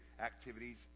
activities